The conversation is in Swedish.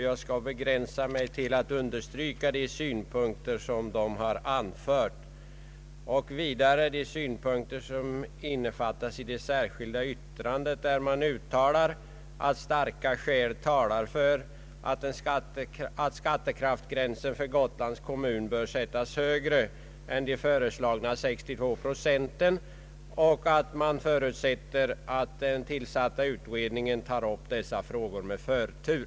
Jag skall begränsa mig till att understryka de synpunkter som de har framfört liksom även de synpunkter som innefattas i det särskilda yttrandet, vari uttalas att starka skäl talar för att skattekraftsgränsen för Gotlands kommun bör sättas högre än de föreslagna 92 procenten och att man förutsätter att den tillsatta utredningen tar upp dessa frågor med förtur.